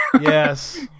yes